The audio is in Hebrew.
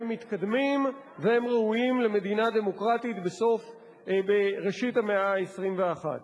הם מתקדמים והם ראויים למדינה דמוקרטית בראשית המאה ה-21.